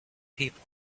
people